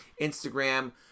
Instagram